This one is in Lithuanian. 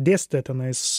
dėstė tenais